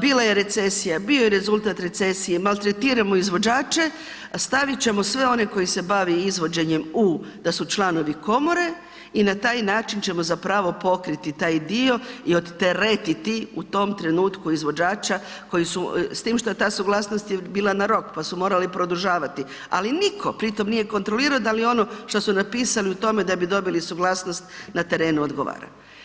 bila je recesija, bio je rezultat recesije, maltretiramo izvođače, stavit ćemo sve one koji se bavi izvođenjem u da su članovi komore i na tak način ćemo zapravo pokriti taj dio i odteretiti u tom trenutku izvođača s tim što je ta suglasnost bila na rok pa su morali produžavati ali nitko pritom nije kontrolirao da li ono što su napisali u tome da bi dobili suglasnost na terenu odgovara.